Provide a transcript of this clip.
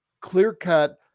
clear-cut